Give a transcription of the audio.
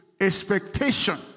expectation